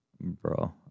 Bro